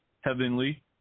heavenly